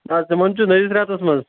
نہ حظ تِمَن چھُ نٔوِس رٮ۪تَس منٛز